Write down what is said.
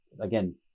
again